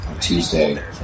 Tuesday